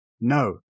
no